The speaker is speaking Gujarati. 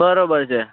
બરાબર છે